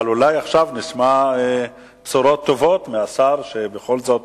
אבל אולי עכשיו נשמע בשורות טובות מהשר, שבכל זאת